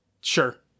Sure